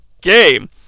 game